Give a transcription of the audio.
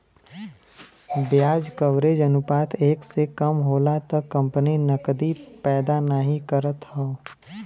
ब्याज कवरेज अनुपात एक से कम होला त कंपनी नकदी पैदा नाहीं करत हौ